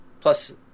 Plus